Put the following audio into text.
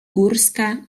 górska